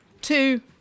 two